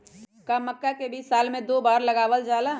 का मक्का के बीज साल में दो बार लगावल जला?